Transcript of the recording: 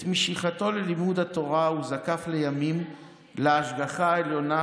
את משיכתו ללימוד התורה הוא זקף לימים להשגחה עליונה,